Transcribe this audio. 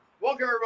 welcome